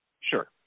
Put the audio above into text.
sure